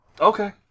Okay